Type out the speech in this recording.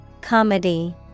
Comedy